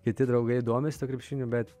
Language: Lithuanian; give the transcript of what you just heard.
kiti draugai domisi tuo krepšiniu bet